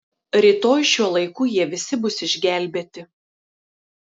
rytoj šiuo laiku jie visi bus išgelbėti